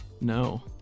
No